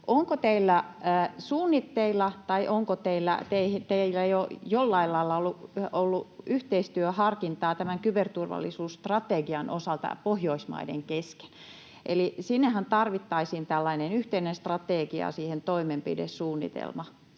Onko teillä suunnitteilla tai onko teillä jo jollain lailla ollut yhteistyöharkintaa tämän kyberturvallisuusstrategian osalta Pohjoismaiden kesken? Eli sinnehän tarvittaisiin tällainen yhteinen strategia ja siihen toimenpidesuunnitelma.